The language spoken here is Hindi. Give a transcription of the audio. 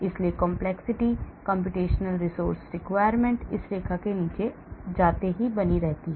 इसलिए complexity computational resource requirement इस रेखा के नीचे जाते ही बनी रहती है